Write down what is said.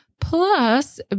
plus